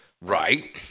right